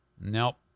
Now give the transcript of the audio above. nope